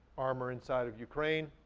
armor inside of ukraine.